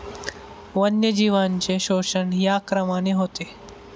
वन्यजीवांचे शोषण या क्रमाने होते